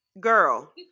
girl